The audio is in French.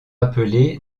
appelé